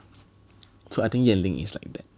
so I think Yan Ling is like that